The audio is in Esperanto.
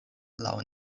laŭ